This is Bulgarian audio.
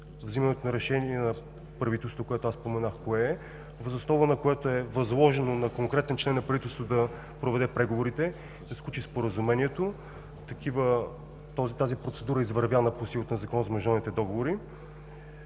взимането на решение на правителството, което аз споменах кое е, въз основа на което е възложено на конкретен член на правителството да проведе преговорите, да сключи споразумението. Тази процедура е извървяна по силата на Закона за международните договори